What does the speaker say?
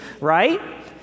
right